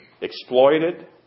Exploited